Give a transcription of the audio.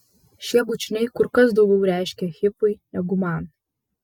šie bučiniai kur kas daugiau reiškė hifui negu man